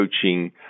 coaching